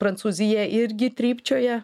prancūzija irgi trypčioja